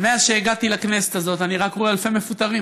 אבל מאז שהגעתי לכנסת הזאת אני רק רואה אלפי מפוטרים.